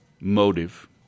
motive